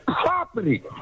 property